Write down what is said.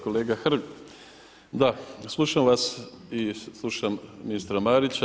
Kolega Hrg, da slušam vas i slušam ministra Marića.